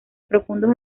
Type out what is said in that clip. profundos